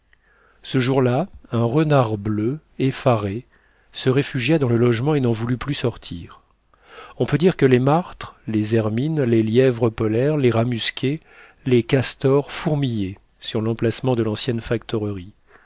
ce jour-là un renard bleu effaré se réfugia dans le logement et n'en voulut plus sortir on peut dire que les martres les hermines les lièvres polaires les rats musqués les castors fourmillaient sur l'emplacement de l'ancienne